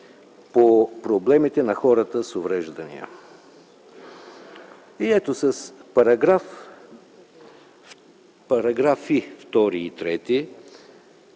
по проблемите на хората с увреждания. И ето – с параграфи 2 и 3,